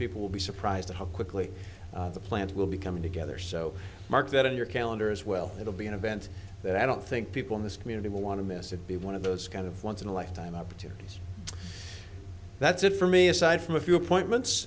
people will be surprised at how quickly the plans will be coming together so mark that on your calendar as well it will be an event that i don't think people in this community will want to miss it be one of those kind of once in a lifetime opportunity that's it for me aside from a few appointments